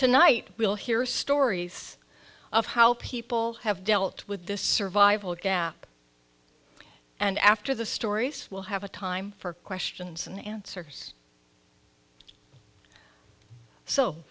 tonight we'll hear stories of how people have dealt with this survival gap and after the stories will have a time for questions and answers so